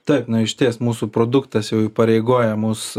taip išties mūsų produktas jau įpareigoja mus